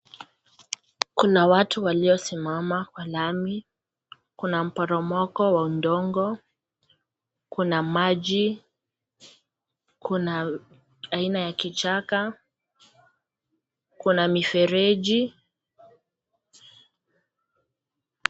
Kuna watu waliosimama kwa lami. Kuna mporomoko wa udongo, kuna maji ,kuna aina ya kichaka, kuna mifereji.